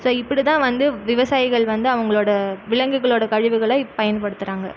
so இப்படிதான் வந்து விவசாயிகள் வந்து அவங்களோட விலங்குகளோட கழிவுகளை பயன்படுத்துகிறாங்க